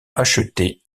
achetés